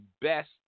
best